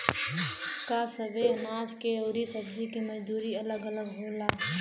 का सबे अनाज के अउर सब्ज़ी के मजदूरी अलग अलग होला?